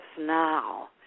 now